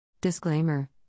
Disclaimer